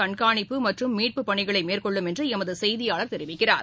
கண்காணிப்பு மற்றும் மீட்புப் பணிகளைமேற்கொள்ளும் என்றுளமதுசெய்தியாளர் தெரிவிக்கிறார்